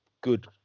good